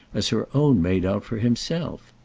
as her own made out for himself.